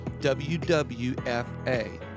wwfa